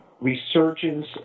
resurgence